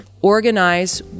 organize